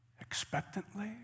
expectantly